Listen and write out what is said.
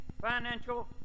financial